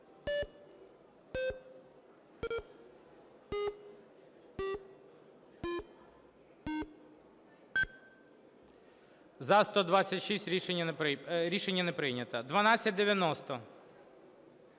За-126 Рішення не прийнято. 1290.